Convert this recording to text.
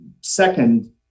second